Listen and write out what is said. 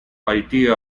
idea